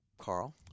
Carl